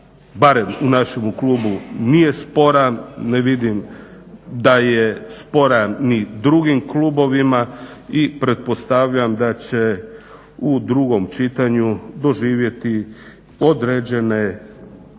barem u našemu klubu nije sporan. Ne vidim da je sporan ni drugim klubovima i pretpostavljam da će u drugom čitanju doživjeti određene